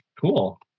cool